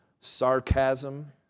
sarcasm